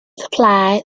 supply